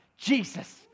Jesus